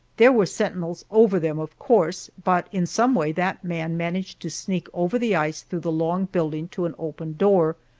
there were sentinels over them, of course, but in some way that man managed to sneak over the ice through the long building to an open door,